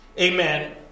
Amen